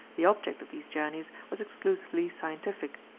the object of these journeys was exclusively scientific.